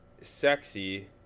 sexy